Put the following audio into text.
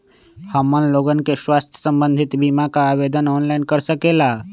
हमन लोगन के स्वास्थ्य संबंधित बिमा का आवेदन ऑनलाइन कर सकेला?